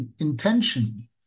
intention